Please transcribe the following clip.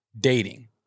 dating